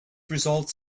results